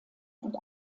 und